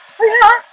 what the hell ah